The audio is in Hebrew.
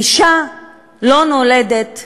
אישה לא נולדת כזאת,